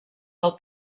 del